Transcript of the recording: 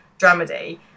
dramedy